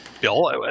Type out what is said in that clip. bill